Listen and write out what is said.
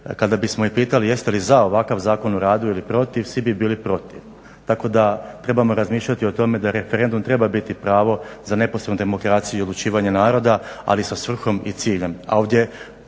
kada bismo ih pitali jeste li za ovakav Zakon o radu ili protiv svi bi bili protiv. Tako da trebamo razmišljati o tome da referendum treba biti pravo za neposrednu demokraciju i odlučivanje naroda ali sa svrhom i ciljem,